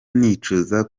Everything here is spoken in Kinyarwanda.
nicuza